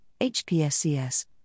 HPSCS